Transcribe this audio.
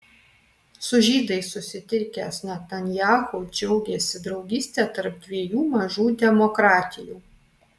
su žydais susitikęs netanyahu džiaugėsi draugyste tarp dviejų mažų demokratijų